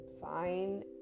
fine